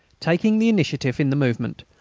taking the initiative in the movement,